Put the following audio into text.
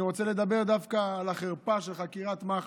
אני רוצה לדבר דווקא על החרפה של חקירת מח"ש.